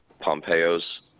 Pompeo's